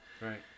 right